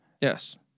Yes